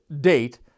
date